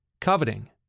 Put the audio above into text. coveting